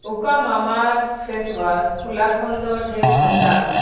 ᱚᱠᱟ ᱢᱟᱢᱟᱨᱛᱷ face wash ᱦᱚᱞᱟ ᱠᱷᱚᱱ ᱫᱚ ᱰᱷᱮᱨ ᱠᱷᱚᱨᱪᱟ ᱟᱱᱟᱜ